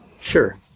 Sure